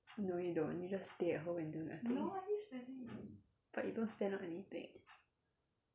no you don't you just stay at home and do nothing but you don't spend on anything